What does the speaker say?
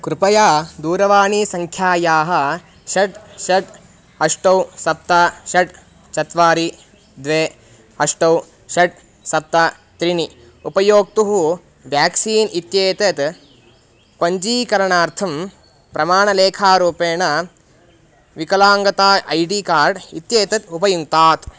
कृपया दूरवाणीसङ्ख्यायाः षट् षट् अष्ट सप्त षट् चत्वारि द्वे अष्ट षट् सप्त त्रीणि उपयोक्तुः व्याक्सीन् इत्येतत् पञ्जीकरणार्थं प्रमाणलेखारूपेण विकलाङ्गता ऐ डी कार्ड् इत्येतत् उपयुङ्क्तात्